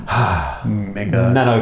Nano